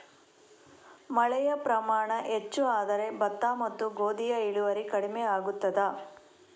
ಮಳೆಯ ಪ್ರಮಾಣ ಹೆಚ್ಚು ಆದರೆ ಭತ್ತ ಮತ್ತು ಗೋಧಿಯ ಇಳುವರಿ ಕಡಿಮೆ ಆಗುತ್ತದಾ?